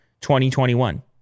2021